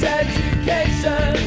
education